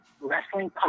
Wrestling